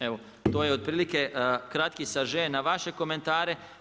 Evo to je otprilike kratki saže na vaše komentare.